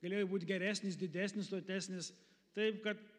galėjo būt geresnis didesnis sotesnis taip kad